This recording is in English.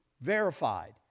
verified